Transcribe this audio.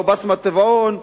בסמת-טבעון,